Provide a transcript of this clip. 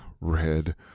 red